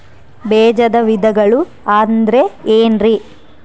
ಬೇಜದ ವಿಧಗಳು ಅಂದ್ರೆ ಏನ್ರಿ?